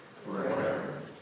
forever